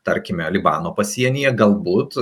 tarkime libano pasienyje galbūt